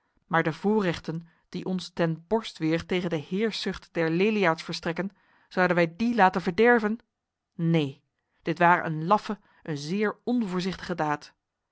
maar de voorrechten die ons ten borstweer tegen de heerszucht der leliaards verstrekken zouden wij die laten verderven neen dit ware een laffe een zeer onvoorzichtige daad